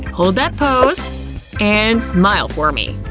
hold that pose and smile for me!